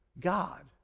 God